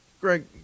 Greg